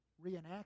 reenact